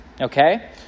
Okay